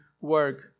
work